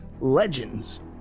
Legends